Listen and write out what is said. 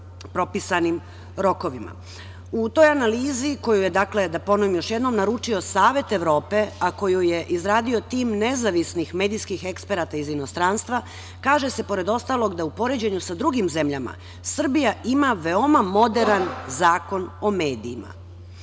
toj analizi, koju je, da ponovi još jednom, naručio Savet Evrope, a koju je izradio tim nezavisnih medijskih eksperata iz inostranstva, kaže se pored ostalog da u poređenju sa drugim zemljama Srbija ima veoma moderan Zakon o medijima. Postoje,